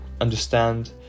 understand